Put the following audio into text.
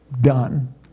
done